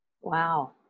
Wow